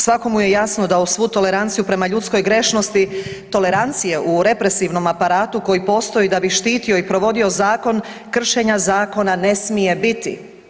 Svakome je jasno da uz svu toleranciju prema ljudskoj grešnosti tolerancije u represivnom aparatu koji postoji da bi štitio i provodio zakon kršenja zakona ne smije biti.